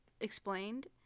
explained